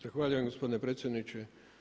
Zahvaljujem gospodine predsjedniče.